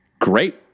Great